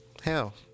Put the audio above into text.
hell